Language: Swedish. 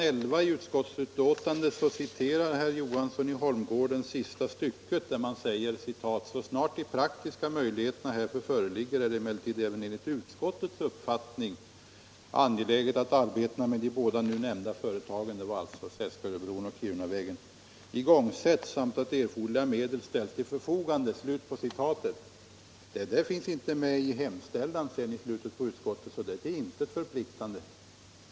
Herr Johansson i Holmgården citerar sista stycket på s. 11 i utskottsbetänkandet där det står: ”Så snart de praktiska möjligheterna härför föreligger är det emellertid även enligt utskottets uppfattning angeläget att arbetena med de båda nu nämnda företagen”, det var alltså Seskaröbron och Kirunavägen, ”igångsätts samt att erforderliga medel ställs till förfogande.” Det där finns inte med i hemställan i slutet på utskottsbetänkandet, så det är till intet förpliktande.